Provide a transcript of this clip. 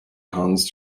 cons